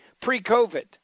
pre-COVID